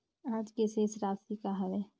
आज के शेष राशि का हवे?